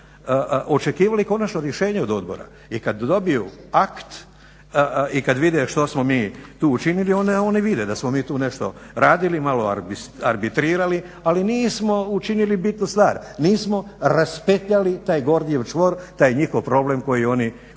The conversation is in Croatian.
očekivali konačno rješenje od odbora. I kad dobiju akt i kad vide što smo mi tu učinili onda oni vide da smo mi tu nešto radili, malo arbitrirali ali nismo učinili bitnu stvar, nismo raspetljali taj gordijski čvor taj njihov problem koji oni žive.